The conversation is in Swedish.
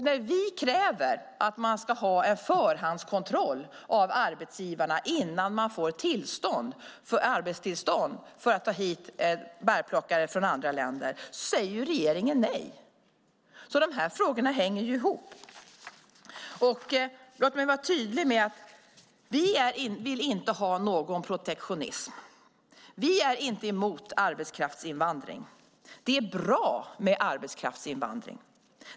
När vi kräver att man ska ha en förhandskontroll av arbetsgivarna innan de får tillstånd att ta hit bärplockare från andra länder säger regeringen nej. De här frågorna hänger ihop. Låt mig vara tydlig med att vi inte vill ha någon protektionism. Vi är inte emot arbetskraftsinvandring. De är bra med arbetskraftsinvandring.